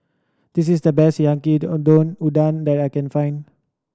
this is the best Yaki Udon that I can find